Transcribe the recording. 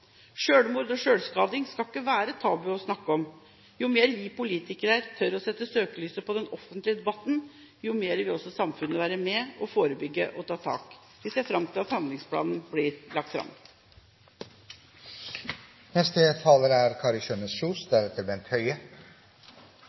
i dag. Det skal ikke være tabu å snakke om selvmord og selvskading. Jo mer vi politikere tør å sette søkelyset på den offentlige debatten, jo mer vil også samfunnet være med på å forebygge og ta tak. Vi ser fram til at handlingsplanen blir lagt fram. Mer enn 500 personer begår selvmord hvert eneste år. Dette er